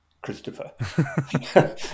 Christopher